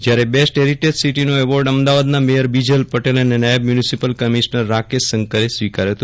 જયારે best heritage સીટીનો award અમદાવાદના મેયર બીજલ પટેલ અને નાયબ મ્યુનિસિપલ કમિશનર રાકેશ શંકરે સ્વીકાર્યો હતો